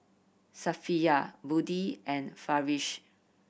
Safiya Budi and Farish